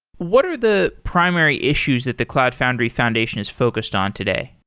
what are the primary issues that the cloud foundry foundation is focused on today?